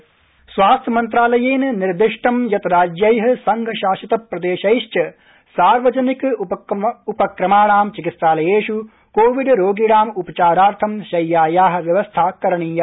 सार्वजनिक उपक्रम स्वास्थ्य मनत्रालयेन निर्दिष्टं यत् राज्यै संघ शासित प्रदेशैश्च सार्वजनिक उपक्रमाणां चिकित्सालयेष् कोविड रोगीणां उपचारार्थं शय्याया व्यवस्था करणीया